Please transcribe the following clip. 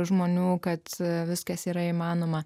žmonių kad viskas yra įmanoma